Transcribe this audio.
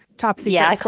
topsy yeah. i so